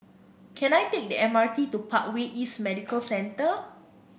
can I take the M R T to Parkway East Medical Centre